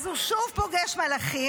אז הוא שוב פוגש מלאכים.